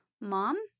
Mom